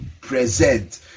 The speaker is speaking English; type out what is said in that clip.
present